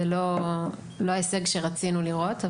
זה לא ההישג שרצינו לראות.